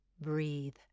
breathe